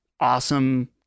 awesome